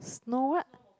snow what